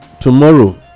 tomorrow